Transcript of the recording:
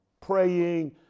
Praying